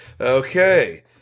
Okay